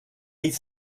ell